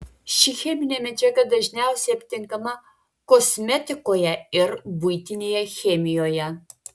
ši cheminė medžiaga dažniausiai aptinkama kosmetikoje ir buitinėje chemijoje